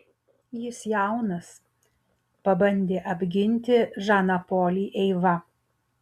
jis jaunas pabandė apginti žaną polį eiva